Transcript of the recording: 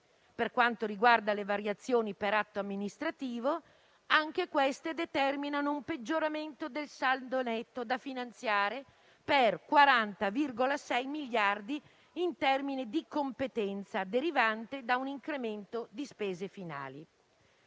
Per quanto riguarda le variazioni per atto amministrativo, anche queste determinano un peggioramento del saldo netto da finanziare per 40,6 miliardi, in termini di competenza, derivante da un incremento delle spese finali.